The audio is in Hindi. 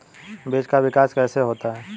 बीज का विकास कैसे होता है?